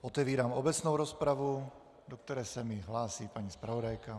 Otevírám obecnou rozpravu, do které se hlásí paní zpravodajka.